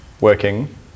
working